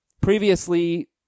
previously